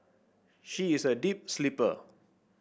she is a deep sleeper